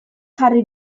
jarri